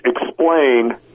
Explain